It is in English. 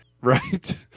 Right